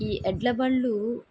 ఈ ఎడ్లబళ్ళు